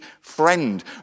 friend